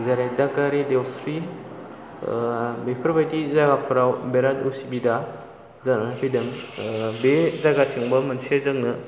जेरै दागगारि देवस्रि बेफोरबायदि जायगाफोराव बिराद उसुबिदा जानानै फैदों बे जायगाथिंबो मोनसे जोंनो